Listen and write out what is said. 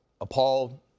appalled